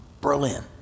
Berlin